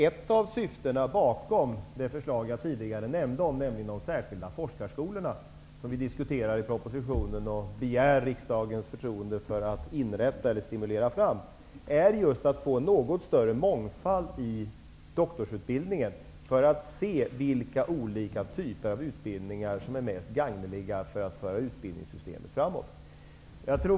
Ett av syftena bakom det förslag jag tidigare nämnde om de särkilda forskarskolorna -- som vi diskuterar i propositionen, och där regeringen begär riksdagens förtroende för att inrätta sådana eller stimulera fram dem -- är just att få något större mångfald i doktorsutbildningen för att se vilka olika typer av utbildningar som är mest gagneliga för att föra utbildningssystemet framåt.